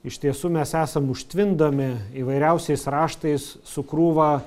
iš tiesų mes esam užtvindomi įvairiausiais raštais su krūva